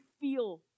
feel